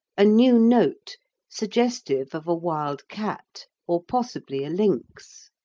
a new note suggestive of a wild cat or possibly a lynx.